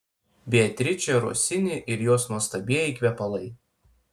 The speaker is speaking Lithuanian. beatričė rosini ir jos nuostabieji kvepalai